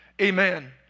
Amen